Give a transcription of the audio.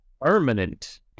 permanent